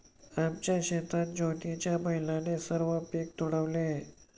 आमच्या शेतात ज्योतीच्या बैलाने सर्व पीक तुडवले